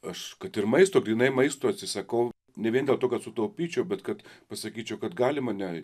aš kad ir maisto grynai maisto atsisakau ne vien dėl to kad sutaupyčiau bet kad pasakyčiau kad galima ne